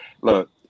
look